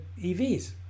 EVs